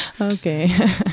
Okay